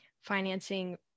financing